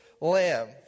lamb